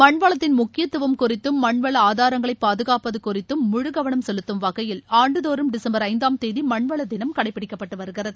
மண்வளத்தின் முக்கியத்துவம் குறித்தும் மண்வள ஆதாரங்களை பாதுகாப்பது குறித்தும் முழு கவனம் செலுத்தும் வகையில் ஆண்டுதோறும் டிசம்பர் ஐந்தாம் தேததி மண்வள தினம் கடைபிடிக்கப்பட்டு வருகிறது